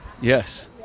Yes